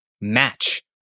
match